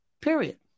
Period